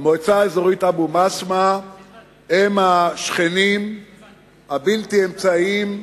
המועצה האזורית אבו-בסמה הם השכנים הבלתי-אמצעיים שלי,